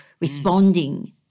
responding